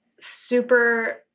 super